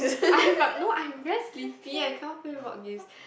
I am but no I'm very sleepy I cannot play board games